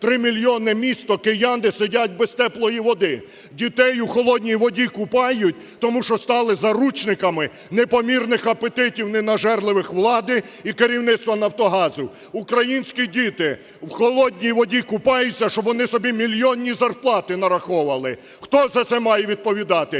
тримільйонне місто киян, де сидять без теплої води. Дітей у холодній воді купають, тому що стали заручниками непомірних апетитів ненажерливих влади і керівництва "Нафтогазу". Українські діти в холодній воді купаються, щоб вони собі мільйонні зарплати нараховували. Хто за це має відповідати?